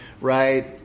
right